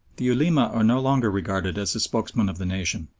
the ulema are no longer regarded as the spokesmen of the nation.